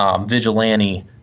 Vigilante